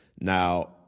Now